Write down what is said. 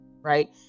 right